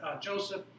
Joseph